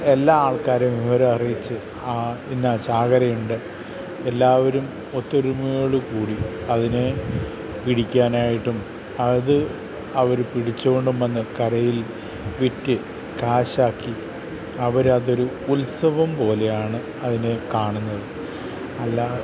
എല്ലാ ആൾക്കാരും വിവരം അറിയിച്ചു ആ ഇന്ന ചാകരയുണ്ട് എല്ലാവരും ഒത്തൊരുമയോടു കൂടി അതിനെ പിടിക്കാനായിട്ടും അത് അവർ പിടിച്ചുകൊണ്ടുംവന്ന് കരയിൽ വിറ്റ് കാശാക്കി അവർ അതൊരു ഉത്സവം പോലെയാണ് അതിനെ കാണുന്നത് അല്ല